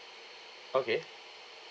okay